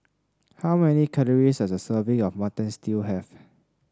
how many calories does a serving of Mutton Stew have